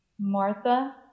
Martha